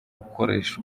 gukoresha